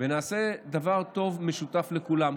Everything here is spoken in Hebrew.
ונעשה דבר טוב, משותף לכולם.